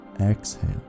Exhale